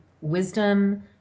wisdom